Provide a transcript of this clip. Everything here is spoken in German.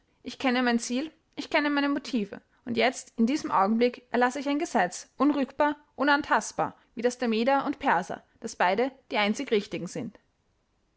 ich kenne mein ziel ich kenne meine motive und jetzt in diesem augenblick erlasse ich ein gesetz unrückbar unantastbar wie das der meder und perser daß beide die einzig richtigen sind